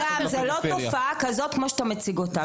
זו לא תופעה כזאת כמו שאתה מציג אותה.